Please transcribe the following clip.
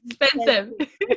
expensive